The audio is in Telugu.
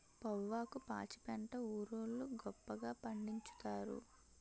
పొవ్వాకు పాచిపెంట ఊరోళ్లు గొప్పగా పండిచ్చుతారు